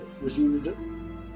resumed